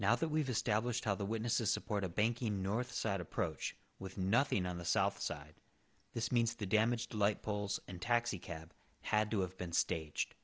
now that we've established how the witnesses support a banking north side approach with nothing on the south side this means the damage to light poles and taxi cab had to have been staged